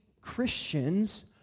Christians